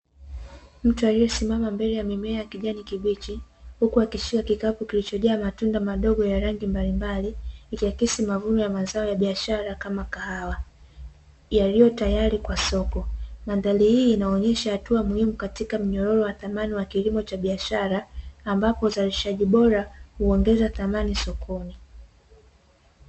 Mtu aliyesimama mbele ya mimea ya kijani kibichi huku akishika kikapu kilichojaa matunda madogo ya rangi mbalimbali, ikiakisi mavuno ya mazao ya biashara kama kahawa yaliyotayari kwa soko. Mandhari hii inaonyesha hatua muhimu katika mnyororo wa thamani wa kilimo cha biashara ambapo uzalishaji bora huongeza thamani sokoni.